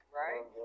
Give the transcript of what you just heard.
right